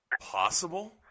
possible